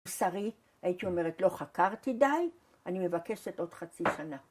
שרי, הייתי אומרת לא חקרתי די, אני מבקשת עוד חצי שנה